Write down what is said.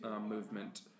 movement